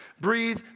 Breathe